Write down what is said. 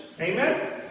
Amen